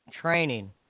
training